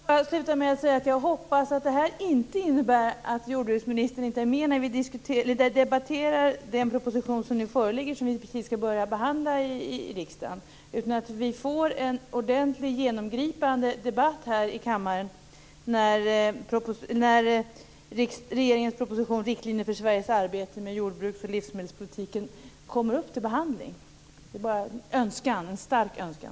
Fru talman! Jag vill bara sluta med att säga att jag hoppas att det här inte innebär att jordbruksministern inte är med när vi debatterar den proposition som nu föreligger som vi skal börja behandla i riksdagen, utan att vi får en ordentlig, genomgripande debatt här i kammarens när regeringens proposition Riktlinjer för Sveriges arbete med jordbruks och livsmedelspolitiken kommer upp till behandling. Det är en stark önskan.